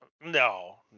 No